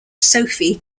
sophie